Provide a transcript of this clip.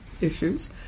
issues